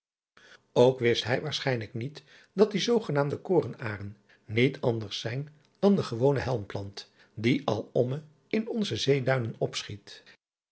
ok wist hij waarschijnlijk niet dat die zogenaamde koornairen niet anders zijn dan de gewone helmplant die alomme in onze